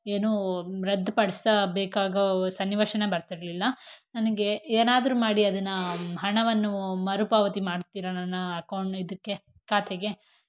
ಏನು ರದ್ದು ಪಡಿಸಬೇಕಾಗೋ ಸನ್ನಿವೇಶಾನೇ ಬರ್ತಿರಲಿಲ್ಲ ನನಗೆ ಏನಾದ್ರೂ ಮಾಡಿ ಅದನ್ನು ಹಣವನ್ನು ಮರುಪಾವತಿ ಮಾಡ್ತೀರಾ ನನ್ನ ಅಕೌಂಟ್ ಇದಕ್ಕೆ ಖಾತೆಗೆ